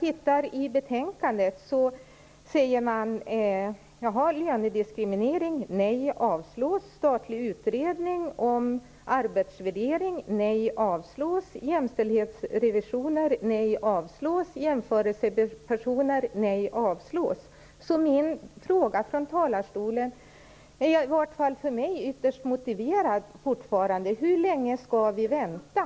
I betänkandet säger man: Lönediskriminering: Min fråga från talarstolen är i varje fall för mig ytterst motiverad: Hur länge skall vi vänta?